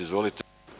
Izvolite.